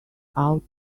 out